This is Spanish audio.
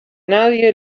nadie